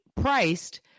Priced